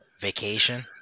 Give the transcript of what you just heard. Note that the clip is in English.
vacation